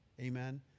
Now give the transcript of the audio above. Amen